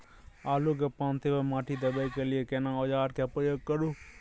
आलू के पाँति पर माटी देबै के लिए केना औजार के प्रयोग करू?